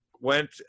went